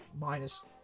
minus